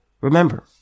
Remember